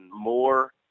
more